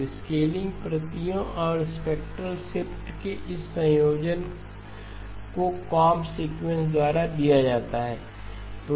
तो स्केलिंग प्रतियों और स्पेक्ट्रल शिफ्ट के इस संयोजन को कांब सीक्वेंस द्वारा किया जाता है